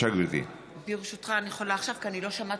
בבקשה, גברתי.